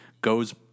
goes